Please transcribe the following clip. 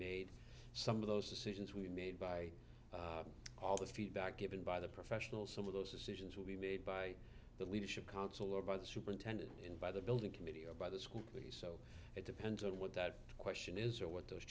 made some of those decisions we made by all the feedback given by the professionals some of those decisions will be made by the leadership council or by the superintendent in by the building committee or by the school committee it depends on what that question is or what those